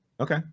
Okay